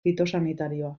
fitosanitarioa